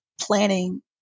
planning